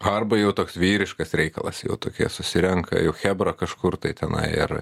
arba jau toks vyriškas reikalas jau tokie susirenka jau chebra kažkur tai tenai ir